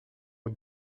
aux